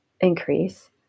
increase